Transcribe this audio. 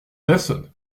personne